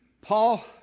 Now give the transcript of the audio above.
Paul